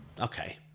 Okay